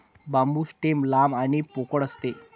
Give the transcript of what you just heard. बांबू stem लांब आणि पोकळ असते